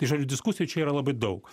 žodžiu diskusijų čia yra labai daug